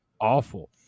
awful